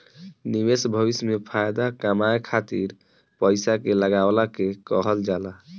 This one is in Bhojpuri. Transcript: निवेश भविष्य में फाएदा कमाए खातिर पईसा के लगवला के कहल जाला